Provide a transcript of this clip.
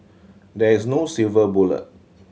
there is no silver bullet